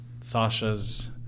Sasha's